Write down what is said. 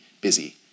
busy